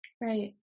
Right